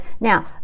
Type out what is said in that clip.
Now